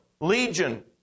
Legion